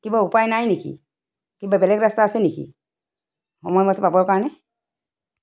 কিবা উপায় নাই নেকি কিবা বেলেগ ৰাস্তা আছে নেকি সময়মতে পাবৰ কাৰণে